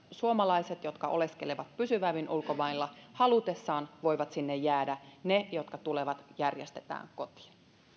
suomalaiset jotka oleskelevat pysyvämmin ulkomailla halutessaan voivat sinne jäädä ne jotka tulevat järjestetään kotiin